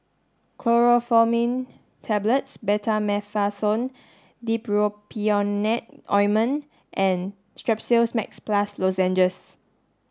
Chlorpheniramine Tablets Betamethasone Dipropionate Ointment and Strepsils Max Plus Lozenges